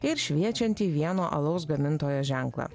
ir šviečiantį vieno alaus gamintojo ženklą